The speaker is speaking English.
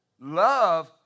Love